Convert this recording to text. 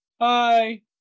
hi